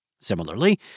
Similarly